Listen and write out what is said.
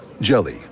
Jelly